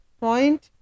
point